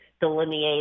delineate